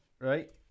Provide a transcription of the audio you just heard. right